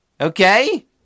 Okay